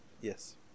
Yes